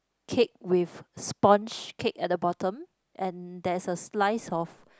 cake with sponge cake at the bottom and there's a slice of